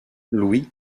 louis